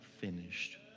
finished